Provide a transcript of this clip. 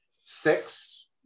six